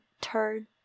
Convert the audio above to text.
turn